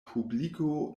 publiko